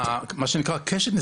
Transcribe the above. להגדיר את זה.